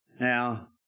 Now